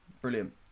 Brilliant